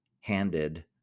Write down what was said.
handed